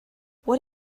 what